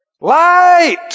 Light